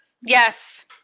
Yes